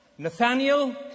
Nathaniel